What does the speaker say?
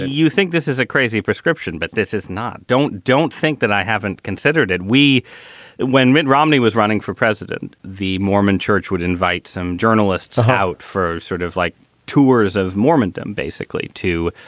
and you think this is a crazy prescription, but this is not. don't. don't think that i haven't considered it. we when mitt romney was running for president, the mormon church would invite some journalists out for sort of like tours of mormon time, basically to,